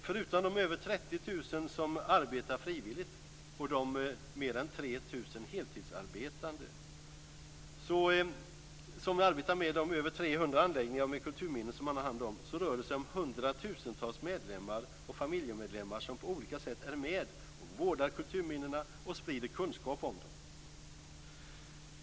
Förutom de över 30 000 som arbetar frivilligt på de mer än 300 anläggningar med kulturminnen som man har hand om, så rör det sig om hundratusentals medlemmar och familjemedlemmar som på olika sätt är med och vårdar kulturminnena och sprider kunskap om dem.